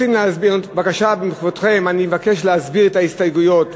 בבקשה מכבודם אני מבקש להסביר את ההסתייגויות,